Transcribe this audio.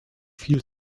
viel